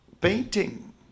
painting